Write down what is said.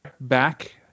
back